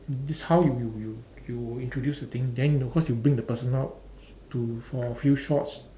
this how you you you you will introduce the thing then you know cause you bring the person out to for a few shots